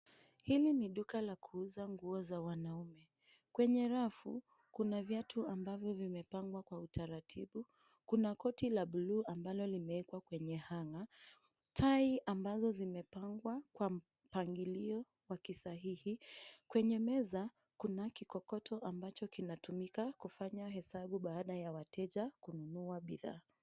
Hili ni duka la kuuza nguo za wanaume. Kwenye rafu kuna viatu ambavyo vimepangwa kwa utaratibu. Kuna koti la blue ambalo limewekwa kwenye hanger , tai ambazo zimepangwa kwa mpangilio wa kisahihi. Kwenye meza kuna kikokoto ambacho kinatumika kufanya hesabu baada ya wateja kununua bidhaa.